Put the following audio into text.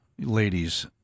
ladies